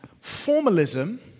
formalism